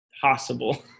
possible